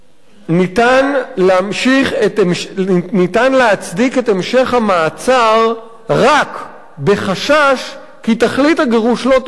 ניתן להצדיק את המשך המעצר רק בחשש שתכלית הגירוש לא תוגשם,